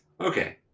okay